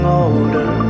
older